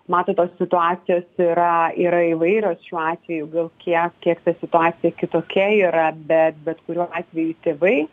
matot tos situacijos yra yra įvairios šiuo atveju gal kiek kiek ta situacija kitokia yra bet bet kuriuo atveju tėvai